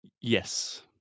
Yes